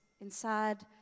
inside